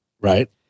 Right